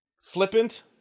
flippant